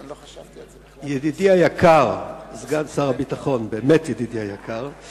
ידידי היקר, סגן שר הביטחון, באמת ידידי היקר,